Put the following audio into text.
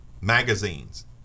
magazines